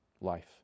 life